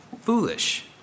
foolish